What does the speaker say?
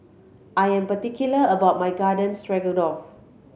I am particular about my Garden Stroganoff